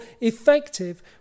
effective